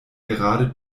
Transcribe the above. gerade